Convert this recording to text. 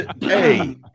Hey